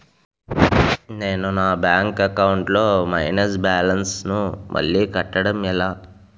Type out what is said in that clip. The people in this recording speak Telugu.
నేను నా బ్యాంక్ అకౌంట్ లొ మైనస్ బాలన్స్ ను మళ్ళీ కట్టడం ఎలా?